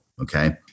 okay